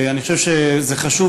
אני חושב שזה חשוב,